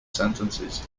sentences